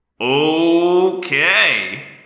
Okay